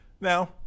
Now